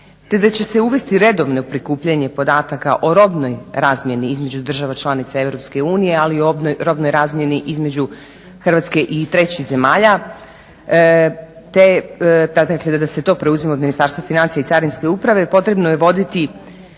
te da će uvesti redovno prikupljanje podataka o robnoj razmjeni između država članica EU ali i robnoj razmjeni između Hrvatske i trećih zemalja, dakle da se to preuzima od Ministarstva financija i Carinske uprave potrebno je voditi